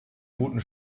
guten